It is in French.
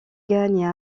gagne